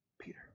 Peter